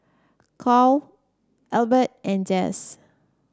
Kwame Albert and Jess